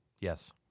Yes